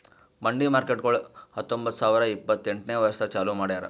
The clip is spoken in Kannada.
ಮಂಡಿ ಮಾರ್ಕೇಟ್ಗೊಳ್ ಹತೊಂಬತ್ತ ಸಾವಿರ ಇಪ್ಪತ್ತು ಎಂಟನೇ ವರ್ಷದಾಗ್ ಚಾಲೂ ಮಾಡ್ಯಾರ್